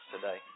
today